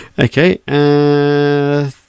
Okay